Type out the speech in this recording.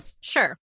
sure